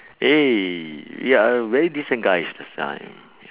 !hey! we are very decent guys last time